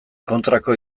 kontrako